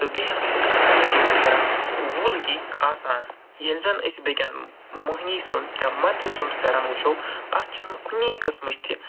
تہٕ بیٚیہِ ہسا چھِ اکثر یِم پھٮ۪رن ووٗلکی آسان ییٚلہِ زن أسۍ بیٚکۍ انٛدٕ موٚہنی سُنٛد یا مردٕ سُنٛد پھٮ۪رن وٕچھو اَتھ چھِنہٕ کُنی قٕسمٕچ تہِ